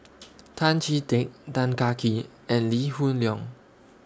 Tan Chee Teck Tan Kah Kee and Lee Hoon Leong